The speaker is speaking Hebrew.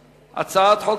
אם כך, רבותי, הצעת החוק